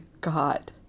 God